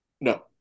No